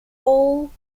all